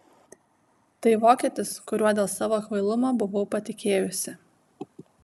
tai vokietis kuriuo dėl savo kvailumo buvau patikėjusi